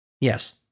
Yes